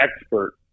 expert